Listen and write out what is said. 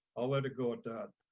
i'll let it go with that.